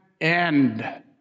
end